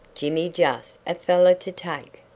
jimmy juss a fellow to take.